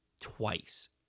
twice